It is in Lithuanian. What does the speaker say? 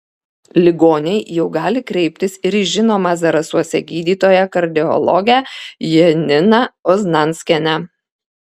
ligoniai jau gali kreiptis ir į žinomą zarasuose gydytoją kardiologę janina oznanskienę